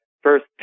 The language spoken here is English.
first